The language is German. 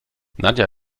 nadja